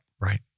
Right